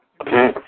Okay